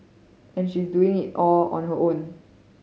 and she is doing it all on her own